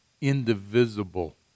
Indivisible